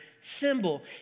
symbol